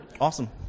Awesome